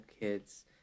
kids